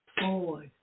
Four